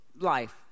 life